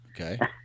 Okay